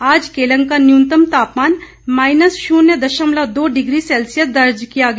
आज केलंग का न्यूनतम तापमान माइनस शून्य दशमलव दो डिग्री सैल्सियस दर्ज किया गया